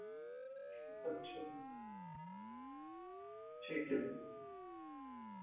अच्छा ठीक ऐ